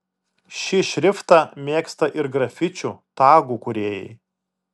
šį šriftą mėgsta ir grafičių tagų kūrėjai